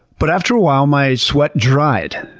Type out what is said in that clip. but after a while my sweat dried,